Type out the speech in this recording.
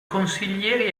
consiglieri